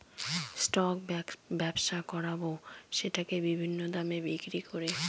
stock ব্যবসা করাবো সেটাকে বিভিন্ন দামে বিক্রি করে